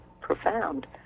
profound